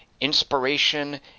inspiration